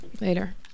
later